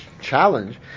challenge